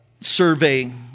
survey